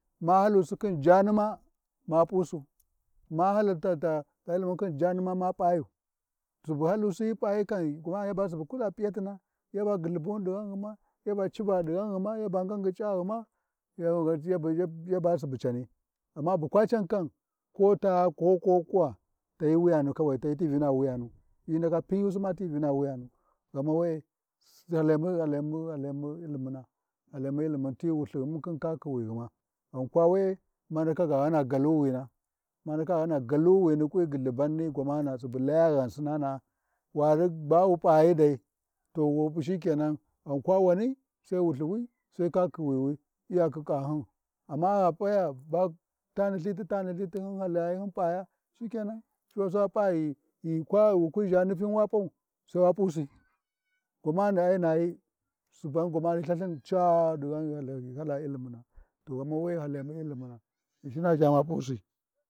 Ma halusi khin jani ma, ma Pa'su, ma hala ta ta Ilimun ma khin janima ma P’ayu subu halusi hyi P’ayi kan, gwamana yaba subu kuʒa P’iyatina, yaba gyullhubuni ɗi ghanghina, iyaba civa ɗi ghanghima, yaba ngangyic’aghima, yo-ya-ya yaba su cani, ma bu kwa can kan, ko ta koƙuwa tani wuyanu kowayu, tani ti vina wuyanu hyi ndaka Pinyusima fi Vina wuyanu, ghama we-e, halemu, halemu, Halimu llimuna, Halemu llimun ti muLthighin khin kakhiwughima, ghan kwa we-e, mandaka ghana galuwina ma ndaka ghana galuwina ti gyullhuban ni gwamana subu laya ghansinnana’a, wai Lai ba wu p’ayi dai, to wu p’u shikenan, ghan kwa wani, Sai Wulthiwi sai kakhihyin iyakhi cahyin, amma gha p’aya tani Lthiti, tani Lthiti hyn halayi hyin P’aya shikenan, piwuyi sai wa p’a ghi-ghi kwa ʒhi nufin sai wa p’au, sai wa p’a ghi-ghi kwa ʒhi nufin sai wa p’au sai wa p’usi gwamani ai nayi suban gwamani hyi LthaLthin ca-aa ghi hala Ilimuna ghama we, halemu ilimuna, Ghinshin na ʒha ma p’usi.